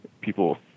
people